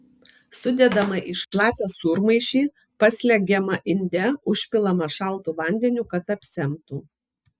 sudedama į šlapią sūrmaišį paslegiama inde užpilama šaltu vandeniu kad apsemtų